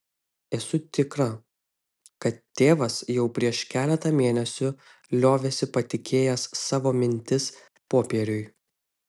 esu tikra kad tėvas jau prieš keletą mėnesių liovėsi patikėjęs savo mintis popieriui